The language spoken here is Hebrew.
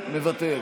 מוותר,